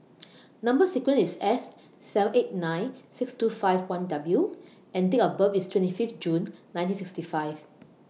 Number sequence IS S seven eight nine six two five one W and Date of birth IS twenty Fifth June nineteen sixty five